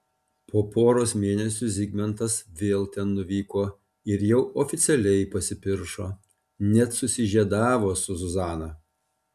po poros mėnesių zigmantas vėl ten nuvyko ir jau oficialiai pasipiršo net susižiedavo su zuzana